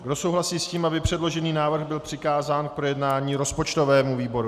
Kdo souhlasí s tím, aby předložený návrh byl přikázán k projednání rozpočtovému výboru?